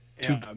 Two